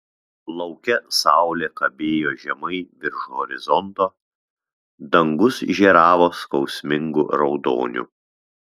lauke saulė kabėjo žemai virš horizonto dangus žėravo skausmingu raudoniu